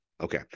okay